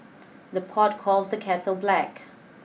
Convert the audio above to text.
the pot calls the kettle black